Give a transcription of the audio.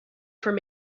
from